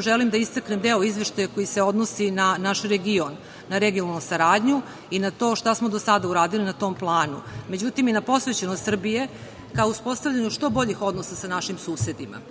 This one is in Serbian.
želim da istaknem deo Izveštaja koji se odnosi na naš region, na regionalnu saradnju i na to šta smo do sada uradili na tom planu, međutim i na posvećenost Srbije ka uspostavljanju što boljih odnosa sa našim susedima. Naš